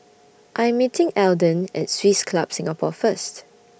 I'm meeting Eldon At Swiss Club Singapore First